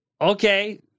okay